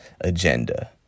agenda